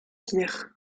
pire